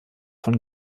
von